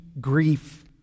grief